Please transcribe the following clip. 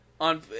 on